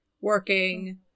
working